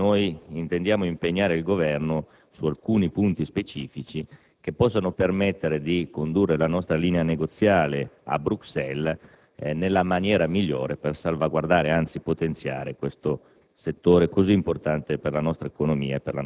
oggetto noi intendiamo impegnare il Governo su alcuni punti specifici che possano permettere di condurre la nostra linea negoziale a Bruxelles nella maniera migliore per salvaguardare, anzi potenziare, questo